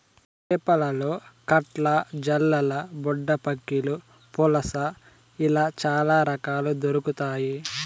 చేపలలో కట్ల, జల్లలు, బుడ్డపక్కిలు, పులస ఇలా చాల రకాలు దొరకుతాయి